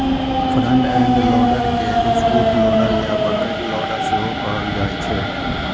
front end loader के scoop loader या bucket loader सेहो कहल जाइ छै